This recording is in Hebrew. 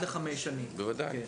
בוודאי.